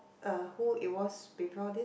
uh who it was before this